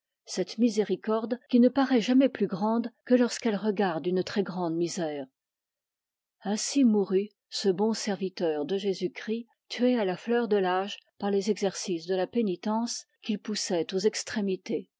cette miséricorde qui ne paroist jamais plus grande que lorsqu'elle regarde une très-grande misère ainsi mourut ce bon serviteur de jésus-christ tué à la fleur de l'âge par les exercices de la pénitence qu'il poussoit aux extrémités